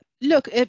look